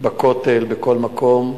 בכותל ובכל מקום,